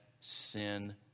sin